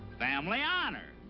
family honor.